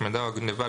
ההשמדה או הגניבה,